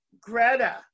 Greta